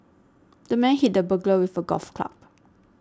the man hit the burglar with a golf club